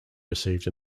received